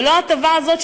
ולא ההטבה הזאת,